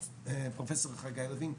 פרופסור חגי לוין,